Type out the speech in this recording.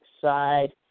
side